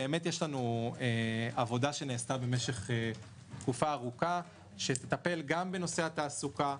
יש לנו עבודה שנעשתה במשך תקופה ארוכה שתטפל בנושא התעסוקה,